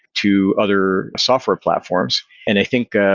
to other software platforms. and i think